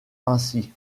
ainsi